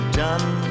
done